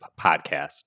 podcast